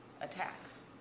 attacks